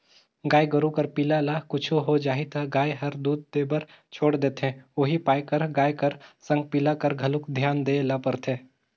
गाय गोरु कर पिला ल कुछु हो जाही त गाय हर दूद देबर छोड़ा देथे उहीं पाय कर गाय कर संग पिला कर घलोक धियान देय ल परथे